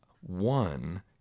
one